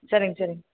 சரிங்க சரிங்க